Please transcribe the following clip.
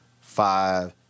five